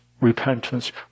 repentance